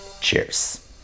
Cheers